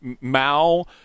Mao